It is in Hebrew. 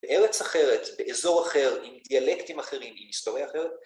בארץ אחרת, באזור אחר, עם דיאלקטים אחרים, עם היסטוריה אחרת.